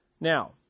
Now